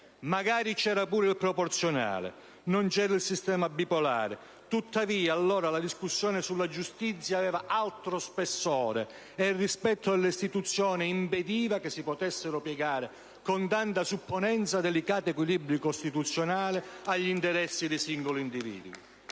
Magari c'era pure il proporzionale, non c'era il sistema bipolare: tuttavia, allora la discussione sulla giustizia aveva altro spessore, e il rispetto delle istituzioni impediva che si potessero piegare con tanta supponenza delicati equilibri costituzionali agli interessi di singoli individui.